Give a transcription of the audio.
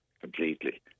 completely